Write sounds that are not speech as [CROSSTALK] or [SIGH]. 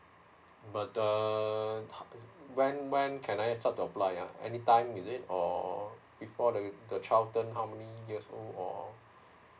but the err [NOISE] when when can I start to apply ah anytime is it or oo before the child turns how many years old or